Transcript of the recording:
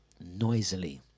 noisily